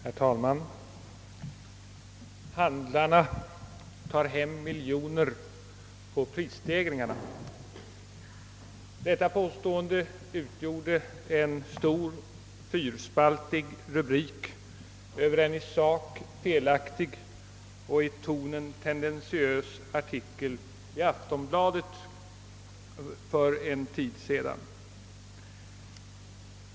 Herr talman! »Handlarna tar hem miljoner på prisstegringarna.» Detta påstående utgjorde en stor fyrspaltig rubrik över en i sak felaktig och i tonen tendentiös artikel i Aftonbladet för en tid sedan.